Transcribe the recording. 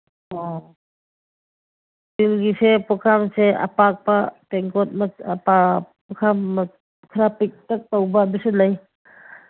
ꯑꯣ ꯏꯁꯇꯤꯜꯒꯤꯁꯦ ꯄꯨꯈꯝꯁꯦ ꯑꯄꯥꯛꯄ ꯇꯦꯡꯀꯣꯠ ꯄꯨꯈꯝ ꯈꯔ ꯄꯤꯛꯇꯛ ꯇꯧꯕ ꯑꯗꯨꯁꯨ ꯂꯩ